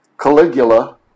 Caligula